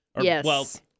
Yes